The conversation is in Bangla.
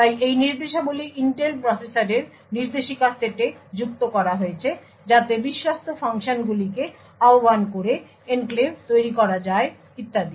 তাই এই নির্দেশাবলী ইন্টেল প্রসেসরের নির্দেশিকা সেটে যুক্ত করা হয়েছে যাতে বিশ্বস্ত ফাংশনগুলিকে আহ্বান করে এনক্লেভ তৈরি করা যায় ইত্যাদি